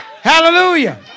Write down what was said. Hallelujah